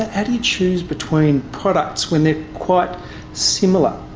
how do you choose between products when they're quite similar?